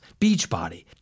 Beachbody